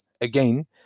again